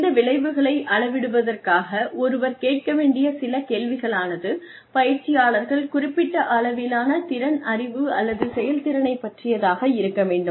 இந்த விளைவுகளை அளவிடுவதற்காக ஒருவர் கேட்க வேண்டிய சில கேள்விகளானது பயிற்சியாளர்கள் குறிப்பிட்ட அளவிலான திறன் அறிவு அல்லது செயல்திறனைப் பற்றியதாக இருக்க வேண்டும்